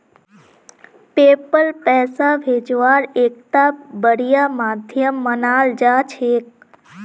PayPal पैसा भेजवार एकता बढ़िया माध्यम मानाल जा छेक